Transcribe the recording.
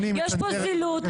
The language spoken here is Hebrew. אל תצנזרי אותי.